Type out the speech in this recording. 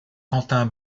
quentin